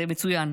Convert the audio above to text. זה מצוין,